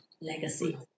legacy